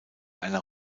einer